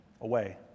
away